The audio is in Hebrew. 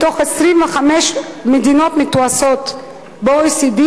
מתוך 25 המדינות המתועשות ב-OECD,